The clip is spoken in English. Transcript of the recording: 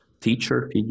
teacher